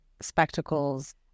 spectacles